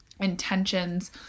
intentions